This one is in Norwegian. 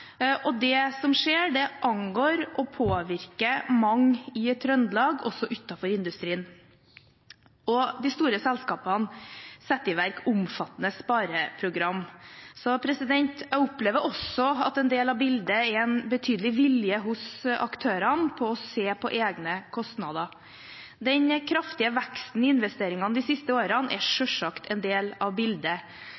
og det som skjer, angår og påvirker mange i Trøndelag, også utenfor industrien. De store selskapene setter i verk omfattende spareprogram. Jeg opplever også at en del av bildet er en betydelig vilje hos aktørene til å se på egne kostnader. Den kraftige veksten i investeringene de siste årene er